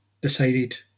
decided